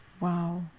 Wow